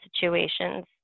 situations